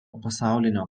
pasaulinio